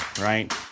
right